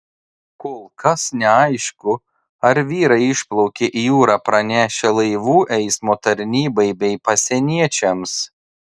kol kas neaišku ar vyrai išplaukė į jūrą pranešę laivų eismo tarnybai bei pasieniečiams